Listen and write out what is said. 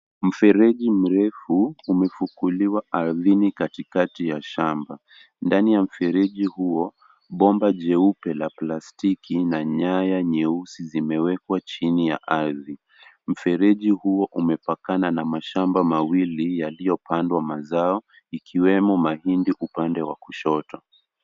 Mfereji mrefu umefukuliwa ardhini katikati ya shamba. Ndani ya mfereji huo, bomba jeupe la plastiki na nyaya nyeusi zimewekwa chini ya ardhi. Mfereji huo umepakana na mashamba mawili yaliyopandwa mazao, ikiwemo mahindi upande wa kushoto.